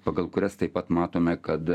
pagal kurias taip pat matome kad